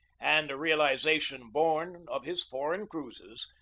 and a realization born of his foreign cruises,